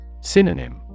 Synonym